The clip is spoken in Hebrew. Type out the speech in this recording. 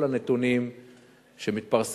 כל הנתונים שמתפרסמים,